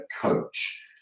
coach